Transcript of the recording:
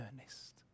earnest